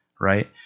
right